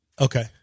Okay